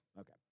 okay